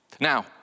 Now